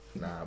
Nah